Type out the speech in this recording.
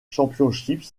championship